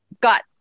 got